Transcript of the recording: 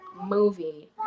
movie